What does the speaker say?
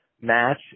match